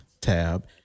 tab